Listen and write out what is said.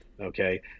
Okay